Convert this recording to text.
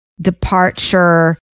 departure